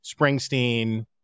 Springsteen